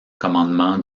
commandement